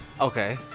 okay